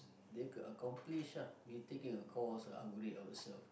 they acc~ accomplish ah we taking a course upgrade ourselves